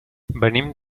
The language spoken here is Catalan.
venim